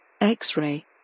X-Ray